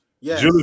Yes